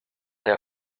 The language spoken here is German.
der